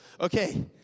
okay